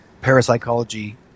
parapsychology